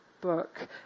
book